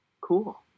Cool